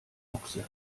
ochse